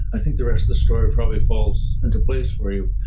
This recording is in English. i think the rest of the story probably falls into place for you.